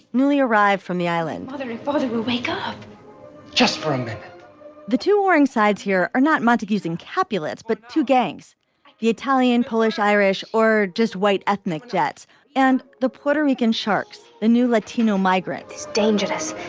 newly arrived from the island, mother and father who wake up just from the two warring sides here are not montagues and capulets, but two gangs the italian, polish, irish or just white ethnic jets and the puerto rican sharks the new latino migrants. dangerous